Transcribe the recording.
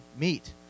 meet